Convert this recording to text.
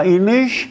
English